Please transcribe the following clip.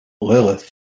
Lilith